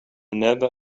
never